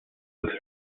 with